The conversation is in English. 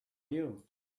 you